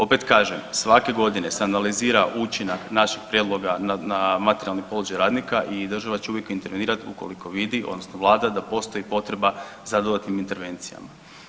Opet kažem, svake godine se analizira učinak naših prijedloga na materijalni položaj radnika i država će uvijek intervenirati, ukoliko vidi, odnosno Vlada da postoji potreba za dodatnim intervencijama.